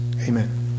Amen